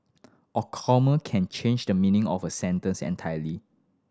a comma can change the meaning of a sentence entirely